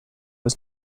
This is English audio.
was